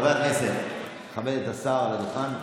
חבר הכנסת, תכבד את השר על הדוכן.